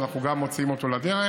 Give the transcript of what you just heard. ואנחנו מוציאים גם אותו לדרך,